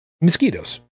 mosquitoes